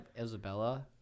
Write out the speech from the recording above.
Isabella